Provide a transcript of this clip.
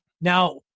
Now